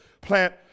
Plant